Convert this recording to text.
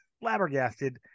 flabbergasted